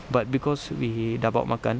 but because we sudah bawa makan